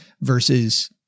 versus